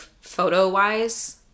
photo-wise